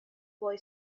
boy